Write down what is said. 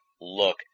look